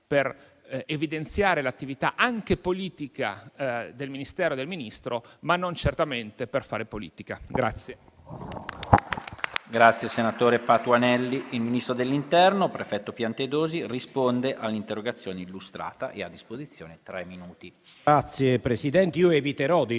per evidenziare l'attività, anche politica, del Ministero e del Ministro, ma non certamente per fare politica.